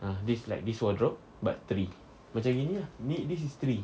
ah this like this wardrobe but three macam gini ah ni this is three